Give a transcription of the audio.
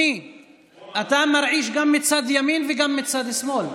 אדוני, אתה מרעיש גם מצד ימין וגם מצד שמאל.